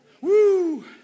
Woo